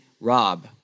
Rob